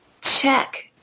check